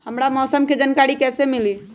हमरा मौसम के जानकारी कैसी मिली?